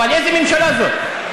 אבל איזו ממשלה זאת?